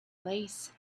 lace